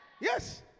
Yes